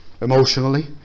emotionally